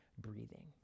breathing